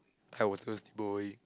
I was first boy